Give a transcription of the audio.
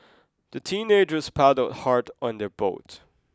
the teenagers paddled hard on their boat